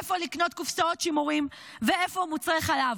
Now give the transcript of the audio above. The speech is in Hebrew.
איפה לקנות קופסאות שימורים ואיפה מוצרי חלב.